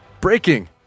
Breaking